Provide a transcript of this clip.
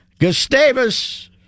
Gustavus